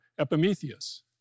Epimetheus